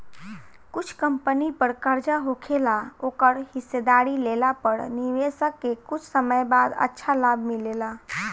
कुछ कंपनी पर कर्जा होखेला ओकर हिस्सेदारी लेला पर निवेशक के कुछ समय बाद अच्छा लाभ मिलेला